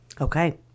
Okay